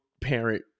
parent